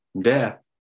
death